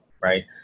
right